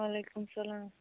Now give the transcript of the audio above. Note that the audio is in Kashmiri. وعلیکُم سلام